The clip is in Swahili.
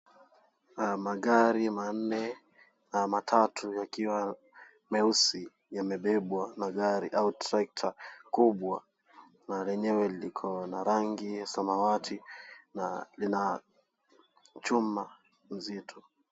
Magari matatu yakiwa meusi yamebebwa na gari au trekta kubwa na lenyewe liko na rangi ya samawati na lina chuma nzito.